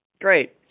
Great